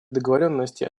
договоренности